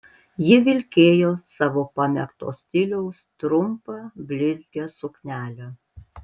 ji vilkėjo savo pamėgto stiliaus trumpą blizgią suknelę